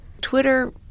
Twitter